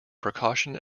precaution